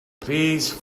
please